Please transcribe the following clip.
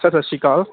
sir ਸਤਿ ਸ਼੍ਰੀ ਅਕਾਲ